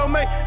Make